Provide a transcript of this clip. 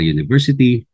University